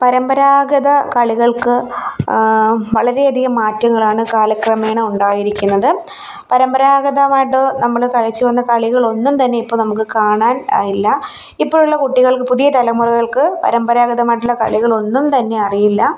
പരമ്പരാഗത കളികൾക്ക് വളരെയധികം മാറ്റങ്ങളാണ് കാലക്രമേണ ഉണ്ടായിരിക്കുന്നത് പാരമ്പരാഗതമായിട്ട് നമ്മള് കളിച്ചു വന്ന കളികൾ ഒന്നും തന്നെ ഇപ്പോള് നമുക്ക് കാണാൻ ഇല്ല ഇപ്പോഴുള്ള കുട്ടികൾക്ക് പുതിയ തലമുറകൾക്ക് പാരമ്പരാഗതമായിട്ടുള്ള കളികൾ ഒന്നും തന്നെ അറിയില്ല